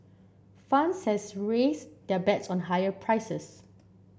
funds has raised their bets on higher prices